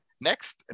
Next